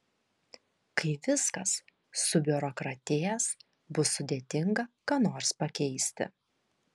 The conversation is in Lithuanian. kai viskas subiurokratės bus sudėtinga ką nors pakeisti